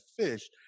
fish